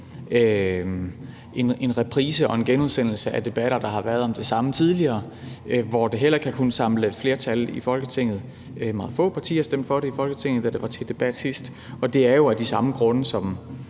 en reprise og en genudsendelse af debatter, der har været om det samme tidligere, hvor det heller ikke har kunnet samle et flertal i Folketinget – meget få partier stemte for det i Folketinget, da det var til debat sidst – og det er jo af de samme grunde, som